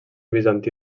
bizantí